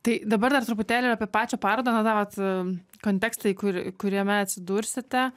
tai dabar dar truputėlį ir apie pačią parodą na tą vat kontekstai kur kuriame atsidursite